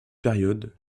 période